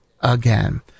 again